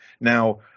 now